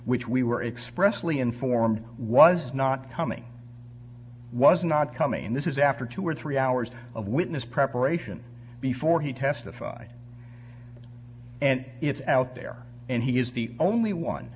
which we were expressively informed was not coming was not coming in this is after two or three hours of witness preparation before he testified and it's out there and he is the only one